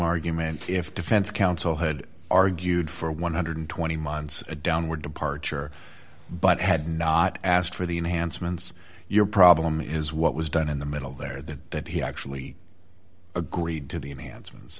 argument if defense counsel had argued for one hundred and twenty months a downward departure but had not asked for the enhancements your problem is what was done in the middle there that that he actually agreed to the enhance